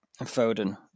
Foden